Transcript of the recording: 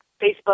Facebook